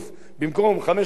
כפי שהיינו מורגלים,